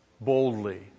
boldly